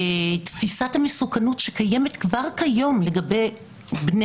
תפיסת המסוכנות שקיימת כבר כיום לגבי בני